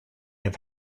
have